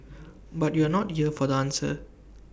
but you're not here for the answer